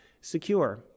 secure